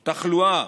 תחלואה,